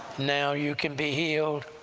now you can be healed,